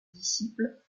disciple